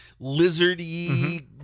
lizardy